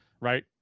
right